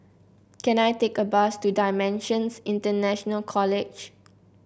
can I take a bus to Dimensions International College